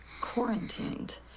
quarantined